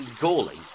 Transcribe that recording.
galling